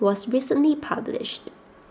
was recently published